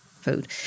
food